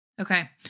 Okay